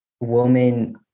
Woman